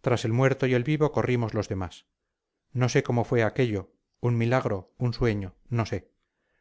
tras el muerto y el vivo corrimos los demás no sé cómo fue aquello un milagro un sueño no sé